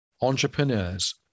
entrepreneurs